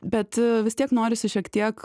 bet vis tiek norisi šiek tiek